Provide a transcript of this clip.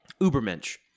Ubermensch